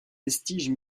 vestiges